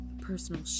personal